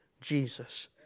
Jesus